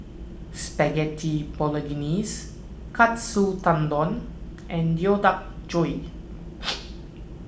Spaghetti Bolognese Katsu Tendon and Deodeok Gui